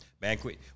banquet